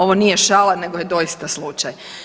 Ovo nije šala, nego je doista slučaj.